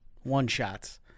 one-shots